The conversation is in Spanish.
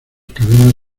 cadenas